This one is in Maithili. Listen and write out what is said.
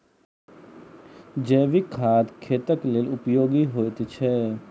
जैविक खाद खेतक लेल उपयोगी होइत छै